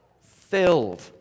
filled